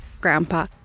grandpa